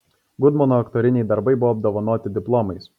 gudmono aktoriniai darbai buvo apdovanoti diplomais